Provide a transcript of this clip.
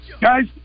Guys